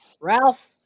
Ralph